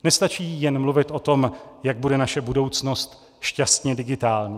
Nestačí jen mluvit o tom, jak bude naše budoucnost šťastně digitální.